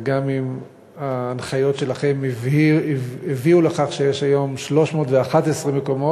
וגם אם ההנחיות שלכם הביאו לכך שיש היום 311 מקומות,